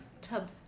Tub